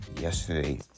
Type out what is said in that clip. yesterday